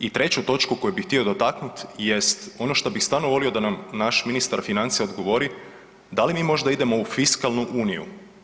I treću točku koju bih htio dotaknut, jest ono što bih stvarno volio da nam naš ministar financija odgovori, da li mi možda idemo u fiskalnu uniju?